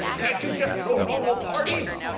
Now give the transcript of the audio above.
can't you just throw normal parties?